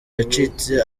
yacitse